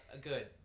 good